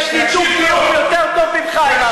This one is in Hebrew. יש לי דו-קיום יותר טוב ממך עם ערבים.